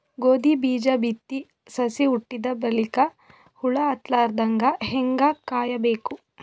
ಗೋಧಿ ಬೀಜ ಬಿತ್ತಿ ಸಸಿ ಹುಟ್ಟಿದ ಬಲಿಕ ಹುಳ ಹತ್ತಲಾರದಂಗ ಹೇಂಗ ಕಾಯಬೇಕು?